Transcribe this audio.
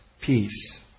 peace